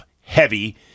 heavy